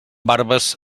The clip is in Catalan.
barbes